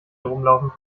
rumlaufen